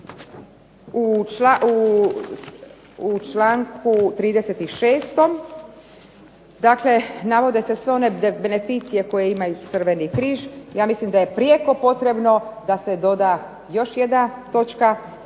u članku 36., dakle navode se sve one beneficije koje imaju Crveni križ, ja mislim da je prijeko potrebno da se doda još jedna točka